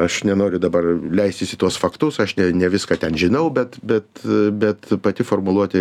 aš nenoriu dabar leistis į tuos faktus aš ne ne viską ten žinau bet bet bet pati formuluotė